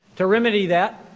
to remedy that,